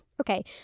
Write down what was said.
okay